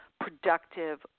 productive